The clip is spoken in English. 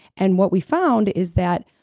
and what we found is that,